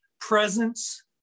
presence